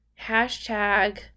hashtag